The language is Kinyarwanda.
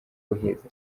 uheze